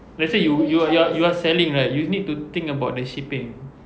let's say you you are you are selling right you need to think about the shipping